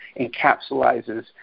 encapsulizes